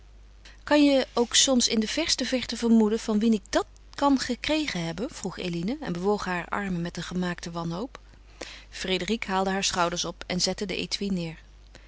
kan je ook soms in de verste verte vermoeden van wien ik dat kan gekregen hebben vroeg eline en bewoog hare armen met een gemaakte wanhoop frédérique haalde haar schouders op en zette den étui neêr